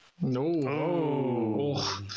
No